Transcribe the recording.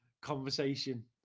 conversation